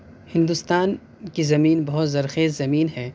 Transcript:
ہندوستان کی زمین بہت زرخیز زمین ہے